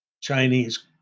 Chinese